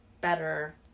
better